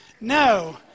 No